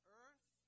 earth